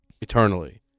eternally